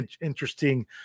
interesting